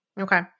Okay